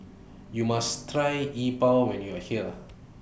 YOU must Try Yi Bua when YOU Are here